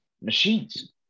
machines